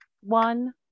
one